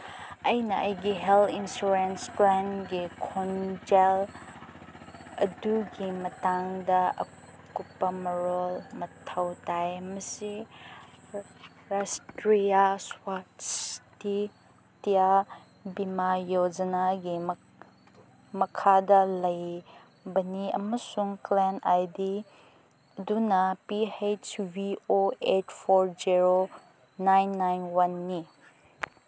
ꯑꯩꯅ ꯑꯩꯒꯤ health insurance ꯀ꯭ꯂꯦꯝꯒꯤ ꯈꯣꯟꯖꯦꯜ ꯑꯗꯨꯒꯤ ꯃꯇꯥꯡꯗ ꯑꯀꯨꯞꯄ ꯃꯔꯣꯜ ꯃꯊꯧ ꯇꯥꯏ ꯃꯁꯤ ꯔꯥꯁꯇ꯭ꯔꯤꯌꯥ ꯁ꯭ꯋꯥꯁꯊꯤꯌꯥ ꯕꯤꯃꯥ ꯌꯣꯖꯅꯥꯒꯤ ꯃꯈꯥꯗ ꯂꯩꯕꯅꯤ ꯑꯃꯁꯨꯡ ꯀ꯭ꯂꯦꯝ ꯑꯥꯏ ꯗꯤ ꯑꯗꯨꯅ P H V O eight four zero nine nine ꯋꯥꯟꯅꯤ